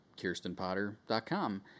KirstenPotter.com